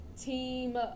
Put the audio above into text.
Team